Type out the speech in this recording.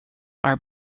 are